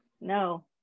No